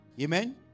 Amen